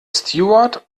steward